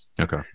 Okay